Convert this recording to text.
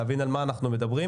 להבין על מה אנחנו מדברים,